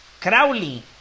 Crowley